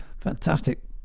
Fantastic